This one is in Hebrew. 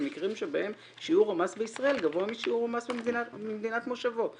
במקרים שבהם שיעור המס בישראל גבוה משיעור מס במדינת מושבו".